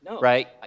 right